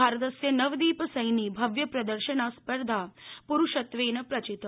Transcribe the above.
भारतस्य नवदीप सैनी भव्यप्रदर्शना स्पर्धा पुरूषत्वर्म प्रचित